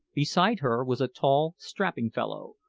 beside her was a tall, strapping fellow,